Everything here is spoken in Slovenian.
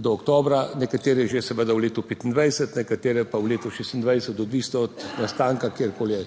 do oktobra, nekatere že seveda v letu 2025, nekatere pa v letu 2026, odvisno od nastanka, kjerkoli.